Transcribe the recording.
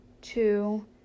two